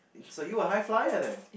so you are high flyer then